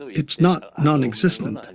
it's not nonexistent and